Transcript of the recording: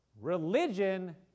religion